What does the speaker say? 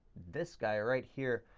this guy right here,